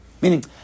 Meaning